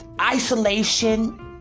isolation